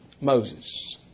Moses